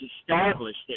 established